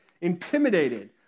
intimidated